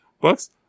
books